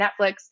Netflix